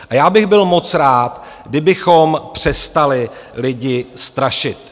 A já bych byl moc rád, kdybychom přestali lidi strašit.